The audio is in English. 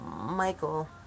Michael